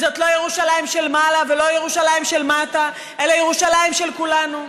זאת לא ירושלים של מעלה ולא ירושלים של מטה אלא ירושלים של כולנו.